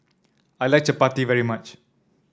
I like chappati very much